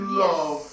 love